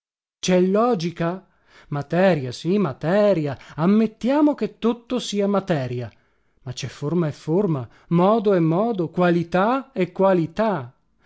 cè logica materia sì materia ammettiamo che tutto sia materia ma cè forma e forma modo e modo qualità e qualità